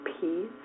peace